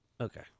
Okay